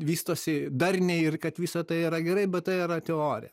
vystosi darniai ir kad visa tai yra gerai bet tai yra teorija